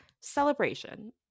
celebration